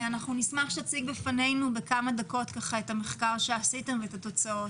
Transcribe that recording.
אנחנו נשמח שתציגו בפנינו בכמה דקות את המחקר שעשיתם ואת התוצאות.